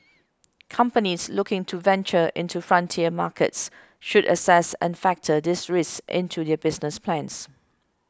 companies looking to venture into frontier markets should assess and factor these risks into their business plans